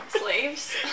Slaves